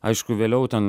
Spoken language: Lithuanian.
aišku vėliau ten